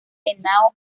henao